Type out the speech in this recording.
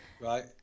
Right